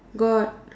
got